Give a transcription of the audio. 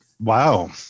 Wow